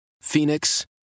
Phoenix